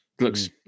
Looks